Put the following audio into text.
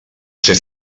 ser